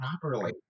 properly